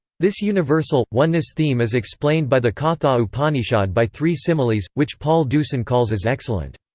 this universal, oneness theme is explained by the katha upanishad by three similes, which paul deussen calls as excellent.